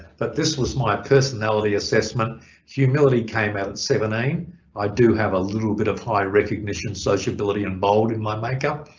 but this was my personality assessment humility came out at seventeen i do have a little bit of high recognition, sociability and bold in my makeup.